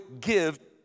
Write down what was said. give